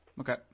Okay